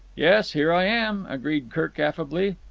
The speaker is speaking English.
yes, here i am, agreed kirk affably.